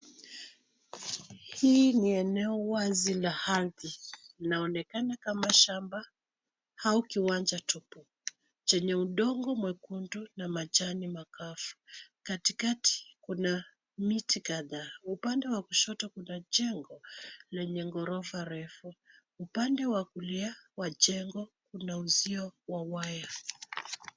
Hii ni eneo wazi la ardhi, inaonekana kama shamba au kiwanja tupu chenye udongo mwekundu na majani makavu. Katikati, kuna miti kadha. Upande wa kushoto kuna jengo lenye ghorofa refu. Upande wa kulia wa jengo, kuna uzio wa waya.